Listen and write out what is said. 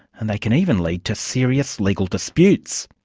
and they can even lead to serious legal disputes.